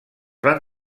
van